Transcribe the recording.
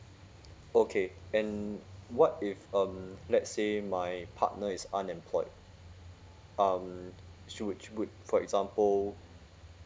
okay and what if um let say my partner is unemployed um she would she would for example